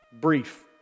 brief